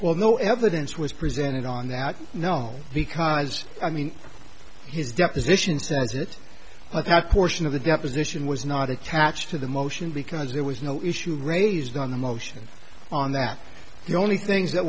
well no evidence was presented on that no because i mean his deposition so is it but how courson of the deposition was not attached to the motion because there was no issue raised on the motion on that the only things that